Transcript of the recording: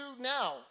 now